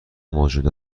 موجود